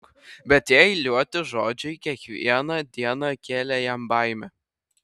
bet tie eiliuoti žodžiai kiekvieną dieną kėlė jam baimę